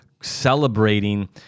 celebrating